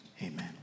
Amen